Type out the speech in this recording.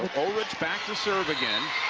uhlrich back to serve again.